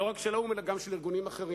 לא רק של האו"ם אלא גם של ארגונים אחרים.